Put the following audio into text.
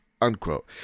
unquote